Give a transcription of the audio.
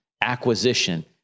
acquisition